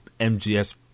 MGS